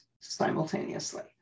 simultaneously